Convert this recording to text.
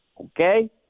Okay